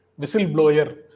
whistleblower